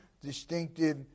distinctive